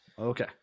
Okay